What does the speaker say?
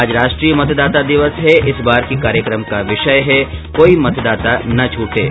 आज राष्ट्रीय मतदाता दिवस है इस बार के कार्यक्रम का विषय कोई मतदाता न छूटे रहेगा